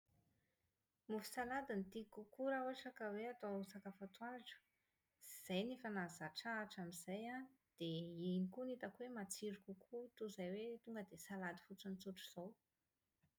Mofo salady no tiako kokoa raha ohatra hoe atao sakafo atoandro. Izay no efa nahazatra ahy hatramin'izay an, dia iny koa no hitako hoe matsiro kokoa toa izay hoe tonga dia salady fotsiny tsotra izao.